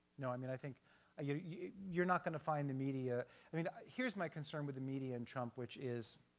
no, i mean, i think you're you're not going to find the media i mean here's my concern with the media and trump which is,